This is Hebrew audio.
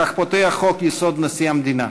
כך פותח חוק-יסוד: נשיא המדינה.